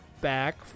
back